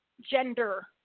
Gender